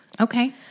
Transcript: Okay